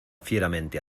fieramente